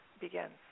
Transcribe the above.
begins